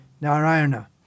Narayana